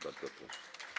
Bardzo proszę.